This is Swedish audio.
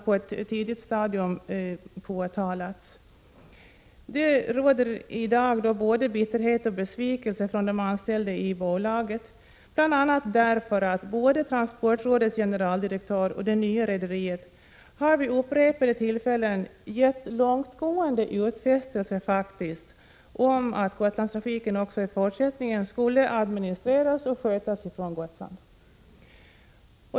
Det råder i dag både bitterhet och besvikelse bland de anställda i Gotlands rederiet vid upprepade tillfällen har gett långtgående utfästelser om att Gotlandstrafiken även i fortsättningen skulle administreras och skötas från Gotland.